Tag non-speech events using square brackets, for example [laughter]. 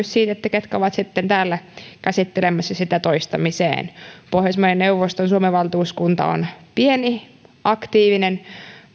[unintelligible] siitä ketkä ovat sitten täällä käsittelemässä sitä toistamiseen pohjoismaiden neuvoston suomen valtuuskunta on pieni ja aktiivinen